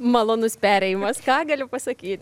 malonus perėjimas ką galiu pasakyt